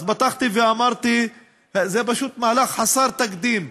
פתחתי ואמרתי: זה פשוט מהלך חסר תקדים,